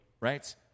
right